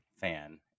fan